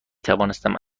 توانستم